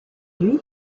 lui